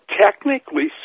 technically